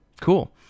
cool